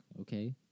okay